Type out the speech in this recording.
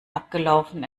abgelaufen